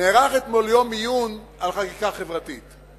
נערך אתמול יום עיון על חקיקה חברתית.